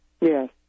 Yes